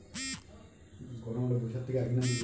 আমার bank passbook এর এড্রেসটি ভুল আছে কিভাবে তা ঠিক করবো?